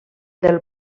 del